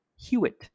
Hewitt